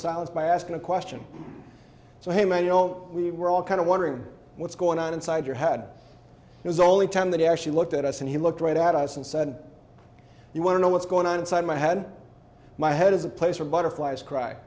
silence by asking a question so hey man you know we were all kind of wondering what's going on inside your head is the only time that he actually looked at us and he looked right at us and said you want to know what's going on inside my head my head is a place where butterflies cry